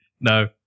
No